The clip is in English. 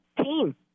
team